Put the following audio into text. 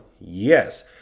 yes